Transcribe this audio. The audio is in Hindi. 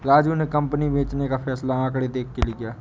राजू ने कंपनी बेचने का फैसला आंकड़े देख के लिए